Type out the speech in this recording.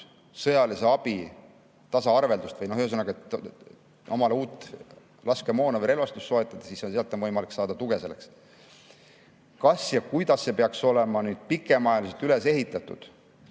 sõjalise abi tasaarveldamist, või ühesõnaga, selleks, et omale uut laskemoona või relvastust soetada, on sealt võimalik saada tuge. Kas ja kuidas see peaks olema pikemaajaliselt üles ehitatud?